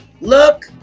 look